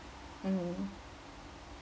mmhmm